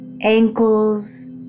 Ankles